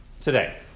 today